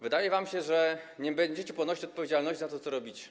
Wydaje wam się, że nie będziecie ponosić odpowiedzialności za to, co robicie.